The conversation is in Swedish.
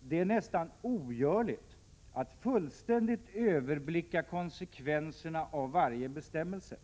”Det är nästan ogörligt att fullständigt överblicka konsekvenserna av varje bestämmelse.